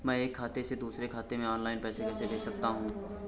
मैं एक खाते से दूसरे खाते में ऑनलाइन पैसे कैसे भेज सकता हूँ?